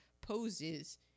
poses